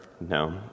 No